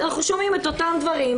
אנחנו שומעים את אותם דברים.